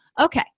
Okay